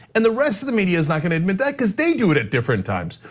and the rest of the media is not gonna admit that cuz they do it at different times.